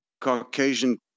Caucasian